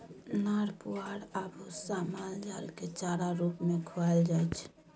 नार पुआर आ भुस्सा माल जालकेँ चारा रुप मे खुआएल जाइ छै